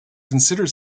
considered